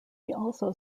also